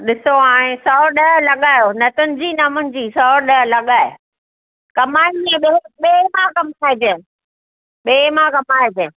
ॾिसो हाणे सौ ॾह लॻायो न तुंहिंजी न मुंहिंजी सौ ॾह लॻाए कमाइनि हेॾो ॿिए सां कमाइजांइ ॿिए मां कमाइजांइ